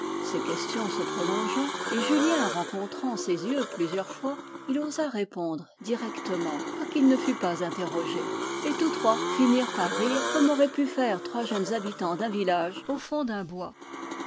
ses questions se prolongeant et julien rencontrant ses yeux plusieurs fois il osa répondre directement quoiqu'il ne fût pas interrogé et tous trois finirent par rire comme auraient pu faire trois jeunes habitants d'un village au fond d'un bois